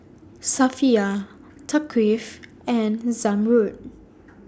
Safiya Thaqif and Zamrud